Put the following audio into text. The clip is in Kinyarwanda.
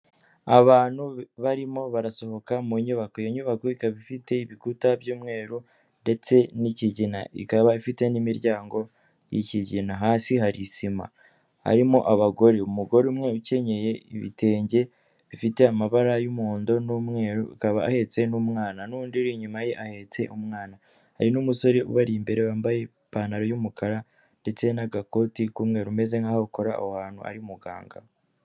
Abantu barimo barasohoka mu nyubako iyo nyubako ikaba ifite ibikuta by'umweru ndetse n'ikigina, ikaba ifite n'imiryango yikigina. Hasi hari sima harimo abagore umugore umwe ukenyeye ibitenge bifite amabara y'umuhondo n'umweru akaba ahetse n'umwana n'undi uri inyuma ye ahetse umwana hari n'umusore ubari imbere wambaye ipantaro y'umukara ndetse n'agakoti k'umweru umeze nkaho akora aho ahantu ari muganga.